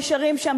נשארים שם,